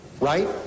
right